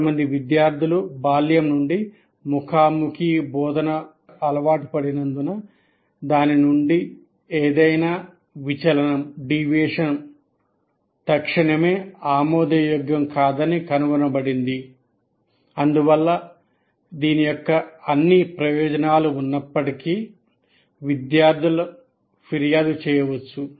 కొంతమంది విద్యార్థులు బాల్యం నుండి ముఖాముఖి బోధన వరకు అలవాటు పడినందున దాని నుండి ఏదైనా విచలనం తక్షణమే ఆమోదయోగ్యం కాదని కనుగొనబడింది అందువల్ల దీని యొక్క అన్ని ప్రయోజనాలు ఉన్నప్పటికీ విద్యార్థులు ఫిర్యాదు చేయవచ్చు